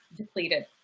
depleted